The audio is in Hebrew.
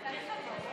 תן רק להצביע.